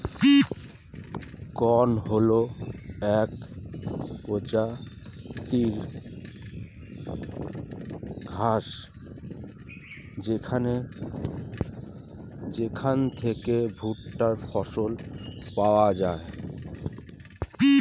corn হল এক প্রজাতির ঘাস যেখান থেকে ভুট্টা ফসল পাওয়া যায়